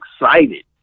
excited